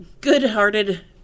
good-hearted